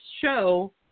show